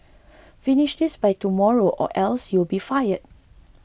finish this by tomorrow or else you'll be fired